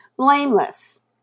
blameless